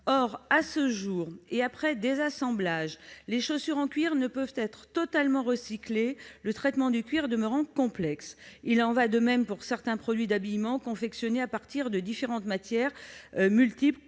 Or, à ce jour, et après désassemblage, les chaussures en cuir ne peuvent être totalement recyclées, le traitement du cuir demeurant complexe. Il en va de même pour certains produits d'habillement confectionnés à partir de matières multiples.